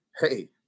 hey